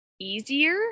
easier